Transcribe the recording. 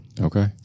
Okay